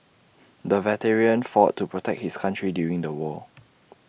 the veteran fought to protect his country during the war